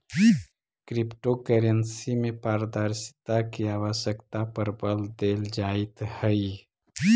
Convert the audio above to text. crypto currency में पारदर्शिता के आवश्यकता पर बल देल जाइत हइ